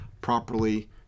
properly